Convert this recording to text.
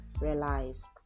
realize